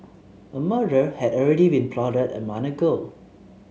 a murder had already been plotted a money ago